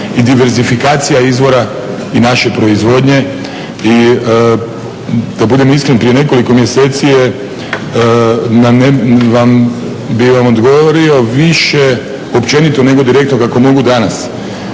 i diversifikacija izvora i naše proizvodnje i da budem iskren, prije nekoliko mjeseci bih vam odgovorio više općenito nego direktno kako mogu danas.